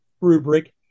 rubric